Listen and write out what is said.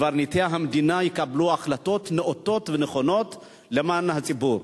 קברניטי המדינה יקבלו החלטות נאותות ונכונות למען הציבור.